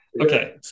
Okay